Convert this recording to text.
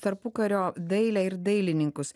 tarpukario dailę ir dailininkus